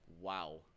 wow